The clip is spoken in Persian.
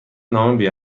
نامه